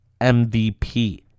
MVP